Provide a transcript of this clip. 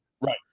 Right